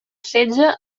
setge